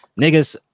niggas